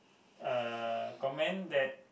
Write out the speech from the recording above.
uh comment that